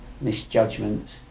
misjudgments